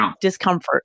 discomfort